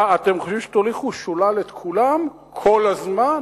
מה אתם חושבים, שתוליכו שולל את כולם כל הזמן?